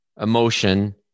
emotion